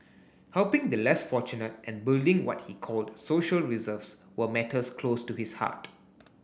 helping the less fortunate and building what he called social reserves were matters close to his heart